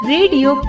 Radio